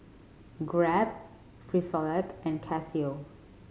Grab Frisolac and Casio